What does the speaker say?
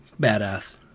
badass